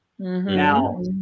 Now